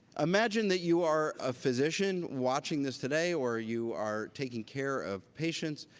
imagine that you are a physician watching this today or you are taking care of patients.